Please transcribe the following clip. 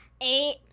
Eight